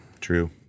True